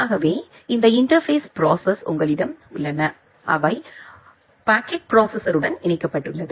எனவே இந்த interface process உங்களிடம் உள்ளன அவை பாக்கெட் ப்ரோசெசர் உடன் இணைக்கப்பட்டுள்ளது